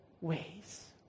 ways